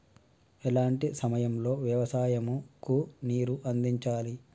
ఎలాంటి సమయం లో వ్యవసాయము కు నీరు అందించాలి?